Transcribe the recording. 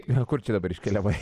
na kur čia dabar iškeliavai